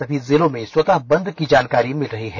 सभी जिलों में स्वतः बंद की जानकारी मिल रही है